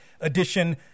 edition